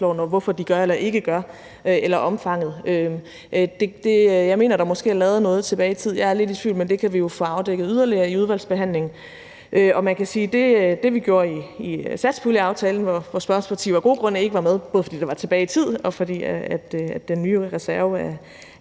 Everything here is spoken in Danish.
og hvorfor de gør det eller ikke gør det – eller omfanget. Jeg mener, at der måske er lavet noget tilbage i tiden. Jeg er lidt i tvivl, men det kan vi jo få afdækket yderligere i udvalgsbehandlingen. Man kan sige, at det, vi gjorde i satspuljeaftalen, hvor spørgerens parti jo af gode grunde ikke var med, både fordi det var tilbage i tid, og fordi spørgerens